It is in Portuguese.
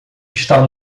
está